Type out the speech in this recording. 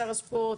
שר הספורט,